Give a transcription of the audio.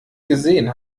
gesehen